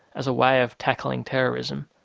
as a way of tackling terrorism,